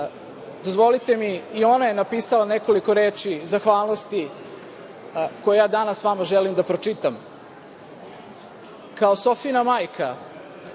uspravno. Dozvolite mi, ona je napisala nekoliko reči zahvalnosti koje ja danas vama želim da pročitam. „Kao Sofijina majka